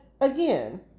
again